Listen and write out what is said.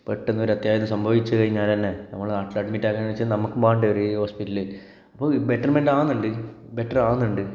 പെട്ടെന്നൊരു അത്യാഹിതം സംഭവിച്ച് കഴിഞ്ഞാല് തന്നെ നമ്മളുടെ നാട്ടില് അഡ്മിറ്റ് ആക്കാമെന്ന് വെച്ചാൽ നമുക്കും വേണ്ടേ ഒരു ഹോസ്പിറ്റല് ഇപ്പോൾ ബെറ്റർമെന്റ് ആകുന്നുണ്ട് ബെറ്റർ ആകുന്നുണ്ട്